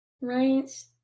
right